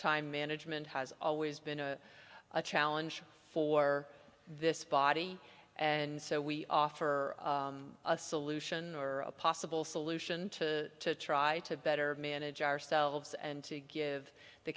time management has always been a challenge for this body and so we offer a solution or a possible solution to try to better manage ourselves and to give the